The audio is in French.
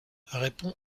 répond